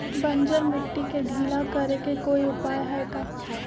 बंजर मिट्टी के ढीला करेके कोई उपाय है का?